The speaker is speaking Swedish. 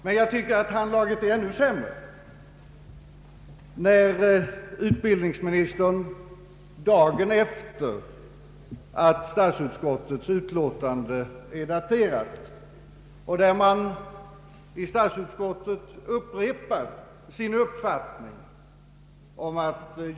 Men handlaget är ännu sämre när utbildningsministern, redan dagen efter det statsutskottets utlåtande är daterat, i Borås sade att namnet på den nya skolan skall bli gymnasieskolan.